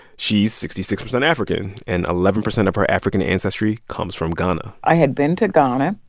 she's sixty six percent african, and eleven percent of her african ancestry comes from ghana i had been to ghana,